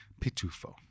pitufo